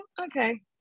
okay